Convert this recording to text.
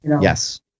Yes